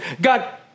God